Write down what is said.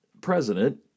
president